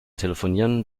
telefonieren